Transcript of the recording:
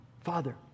father